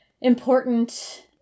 important